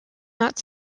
not